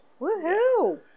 Woohoo